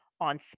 on